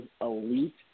elite